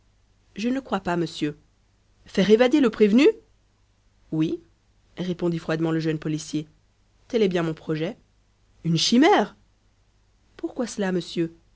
je ne le crois pas monsieur faire évader le prévenu oui répondit froidement le jeune policier tel est bien mon projet une chimère pourquoi cela monsieur